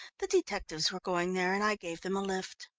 the detectives were going there and i gave them a lift.